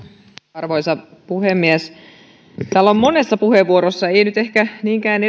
arvoisa puhemies täällä on monessa puheenvuorossa mutta ei nyt ehkä niinkään